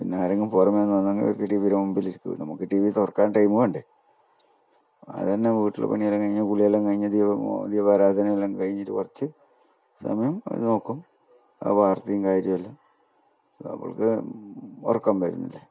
പിന്നെ ആരെങ്കിലും പുറമെ നിന്ന് വന്നെങ്കിൽ അവർക്ക് ടി വിടെ മുൻപിലിരിക്കും നമ്മൾക്ക് ടി വി തുറക്കാൻ ടൈംമ് വേണ്ടേ അത് തന്നെ വീട്ടിലെ പണിയെല്ലാം കഴിഞ്ഞ് കുളിയെല്ലാം കഴിഞ്ഞ് ദീപാരാധനയെല്ലാം കഴിഞ്ഞിട്ട് കുറച്ച് സമയം നോക്കും ആ വാർത്തയും കാര്യമെല്ലാം നമ്മൾക്ക് ഉറക്കം വരുന്നില്ലേ